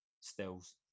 stills